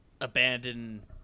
abandon